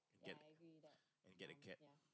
yup get a cat